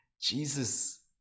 Jesus